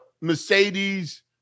Mercedes